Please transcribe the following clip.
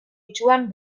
itsuan